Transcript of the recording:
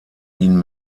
ihn